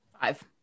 Five